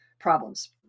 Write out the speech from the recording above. problems